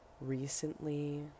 recently